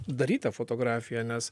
daryta fotografija nes